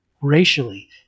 racially